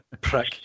Prick